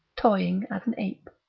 toying as an ape.